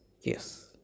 Yes